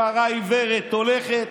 פרה עיוורת הולכת,